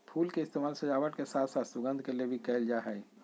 फुल के इस्तेमाल सजावट के साथ साथ सुगंध के लिए भी कयल जा हइ